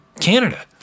Canada